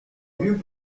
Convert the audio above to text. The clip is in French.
mieux